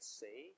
say